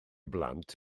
blant